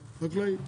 החקלאי,